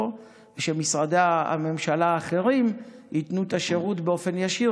ושמשרדי הממשלה האחרים ייתנו את השירות באופן ישיר,